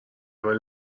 ولی